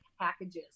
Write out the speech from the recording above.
packages